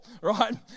right